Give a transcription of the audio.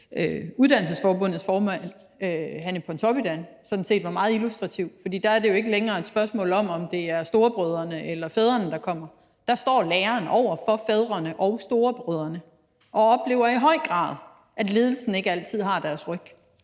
Uddannelsesforbundets formand, Hanne Pontoppidan, var meget illustrativ. For der er det jo ikke længere et spørgsmål om, om det er storebrødrene eller fædrene, der kommer; der står læreren over for fædrene og storebrødrene og oplever i høj grad, at ledelsen ikke altid har deres ryg.